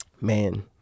man –